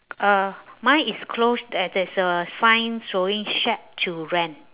uh mine is closed there there's a sign showing shack to rent